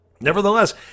Nevertheless